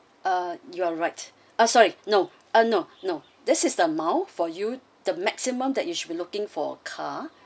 uh you are right ah sorry no ah no no this is the amount for you the maximum that you should be looking for a car